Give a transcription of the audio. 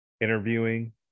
interviewing